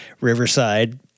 Riverside